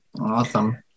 Awesome